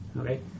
Okay